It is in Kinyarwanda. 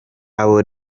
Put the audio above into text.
abo